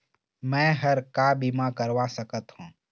मैं हर का बीमा करवा सकत हो?